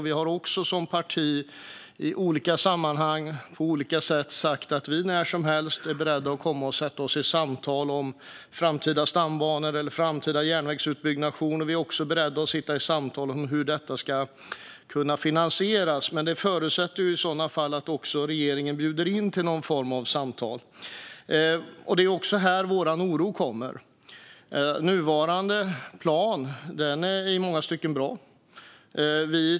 Vi har också som parti sagt, i olika sammanhang och på olika sätt, att vi när som helst är beredda att komma och sätta oss i samtal om framtida stambanor eller framtida järnvägsutbyggnation. Vi är också beredda att sitta i samtal om hur detta ska kunna finansieras. Det förutsätter dock att regeringen bjuder in till någon form av samtal. Det är också här vår oro kommer. Nuvarande plan är i många stycken bra.